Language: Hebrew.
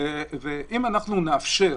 ואם אנחנו נאפשר